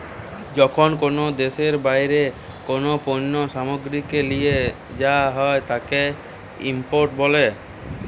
যখন কোনো দেশের বাইরে কোনো পণ্য সামগ্রীকে লিয়ে যায়া হয় তাকে ইম্পোর্ট বলে